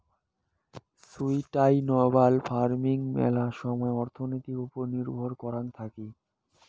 sustainable farming মেলা সময় অর্থনীতির ওপর নির্ভর করাং থাকি